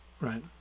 Right